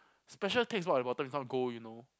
special takes the bottom become gold you know